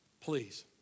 Please